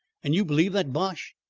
and you believe that bosh?